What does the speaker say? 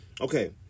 Okay